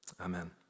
Amen